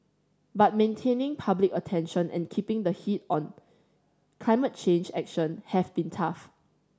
but maintaining public attention and keeping the heat on climate change action have been tough